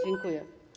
Dziękuję.